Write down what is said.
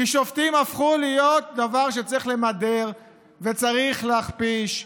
כי שופטים הפכו להיות דבר שצריך למדר וצריך להכפיש,